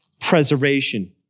preservation